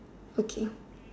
okay